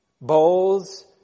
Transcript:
bowls